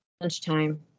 lunchtime